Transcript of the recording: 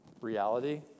reality